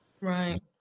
Right